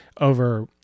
over